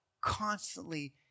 constantly